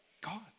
God